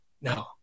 no